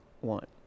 want